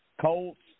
Colts